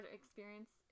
experience